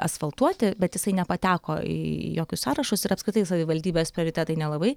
asfaltuoti bet jisai nepateko į jokius sąrašus ir apskritai savivaldybės prioritetai nelabai